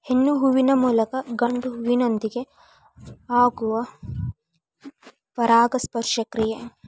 ಹೆಣ್ಣು ಹೂವಿನ ಮೂಲಕ ಗಂಡು ಹೂವಿನೊಂದಿಗೆ ಆಗುವ ಪರಾಗಸ್ಪರ್ಶ ಕ್ರಿಯೆ